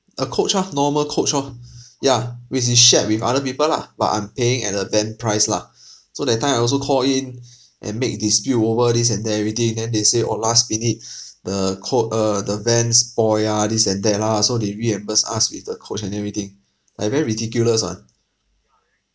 a coach ah normal coach orh yeah which is shared with other people lah but I'm paying at a van price lah so that time I also call in and make dispute over this and everything then they say oh last minute the co~ uh the van spoil ah this and that lah so they reimburse us with the coach and everything like very ridiculous [one]